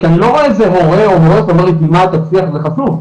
כי אני לא רואה איזה הורה או מורה שאומר לי תלמד תצליח זה חשוב,